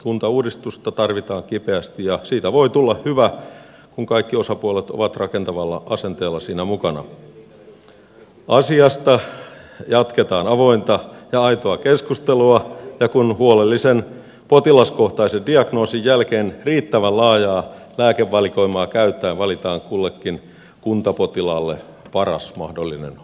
kuntauudistusta tarvitaan kipeästi ja siitä voi tulla hyvä kun kaikki osapuolet ovat rakentavalla asenteella siinä mukana asiasta jatketaan avointa ja aitoa keskustelua ja kun huolellisen potilaskohtaisen diagnoosin jälkeen riittävän laajaa lääkevalikoimaa käyttäen valitaan kullekin kuntapotilaalle paras mahdollinen hoito